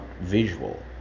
visual